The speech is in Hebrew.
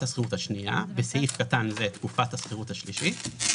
השכירות השנייה (סעיף קטן זה תקופת השכירות השלישית).